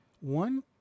one